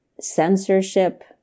censorship